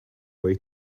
way